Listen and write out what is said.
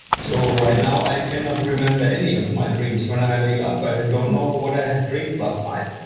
so, right now i cannot remember any of my dreams. when i wake up, i don't know what i have dreamed last night.